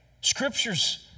Scripture's